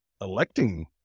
electing